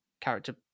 character